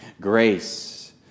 Grace